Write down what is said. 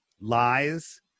lies